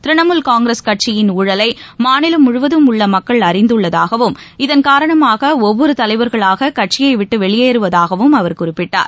திரிணமுல் காங்கிரஸ் கட்சியின் ஊழலை மாநிலம் முழுவதும் உள்ள மக்கள் அறிந்துள்ளதாகவும் இதன் காரணமாக ஒவ்வொரு தலைவர்களாக கட்சியை விட்டு வெளியேறிவருவதாக அவர் குறிப்பிட்டார்